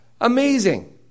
Amazing